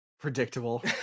Predictable